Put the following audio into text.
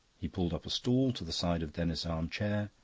he pulled up a stool to the side of denis's arm-chair,